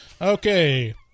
Okay